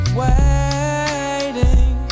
waiting